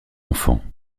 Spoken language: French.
enfants